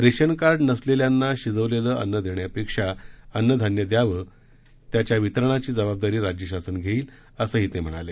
ration card नसलेल्यांना शिजवलेलं अन्न देण्यापेक्षा अन्नधान्य द्यावं त्याच्या वितरणाची जबाबदारी राज्य शासन घेईल असंही ते म्हणाले